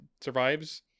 survives